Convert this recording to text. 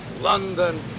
London